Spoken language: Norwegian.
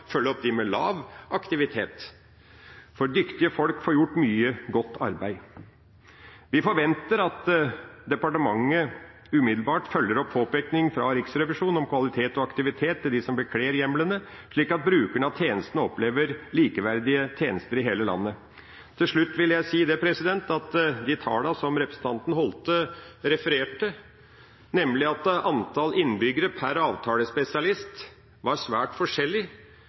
følge opp dem med lav aktivitet. Vi forventer at departementet umiddelbart følger opp påpekninga fra Riksrevisjonen om kvalitet og aktivitet til dem som bekler hjemlene, slik at brukerne av tjenestene opplever likeverdige tjenester i hele landet. Til slutt vil jeg si at de tallene som representanten Holthe refererte til – nemlig at antall innbyggere per avtalespesialist var svært forskjellig,